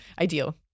ideal